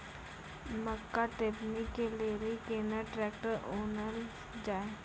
मक्का टेबनी के लेली केना ट्रैक्टर ओनल जाय?